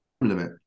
limit